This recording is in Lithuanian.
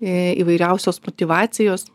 įvairiausios motyvacijos